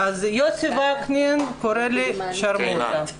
יוסי קינן קורא לי שרמוטה.